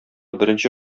беренче